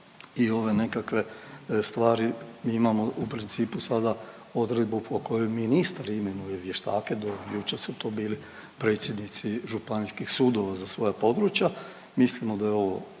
i ove nekakve stvari. Mi imamo u principu sada odredbu po kojem ministri imenuju vještake, do jučer su to bili predsjednici županijskih sudova za svoja područja. Mislimo da je ovo